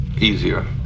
Easier